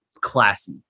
classy